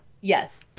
Yes